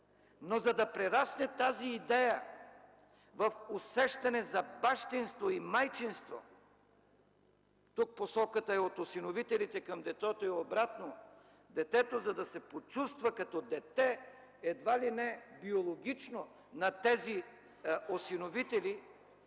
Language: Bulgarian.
но за да прерасне тази идея в усещане за бащинство и майчинство, тук посоката е от осиновителите към детето и обратно – детето, за да се почувства като дете, едва ли не биологично на тези осиновители,